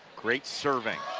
great serving.